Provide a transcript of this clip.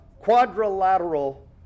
quadrilateral